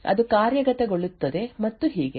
ಅದು ಕಾರ್ಯಗತಗೊಳ್ಳುತ್ತದೆ ಮತ್ತು ಹೀಗೆ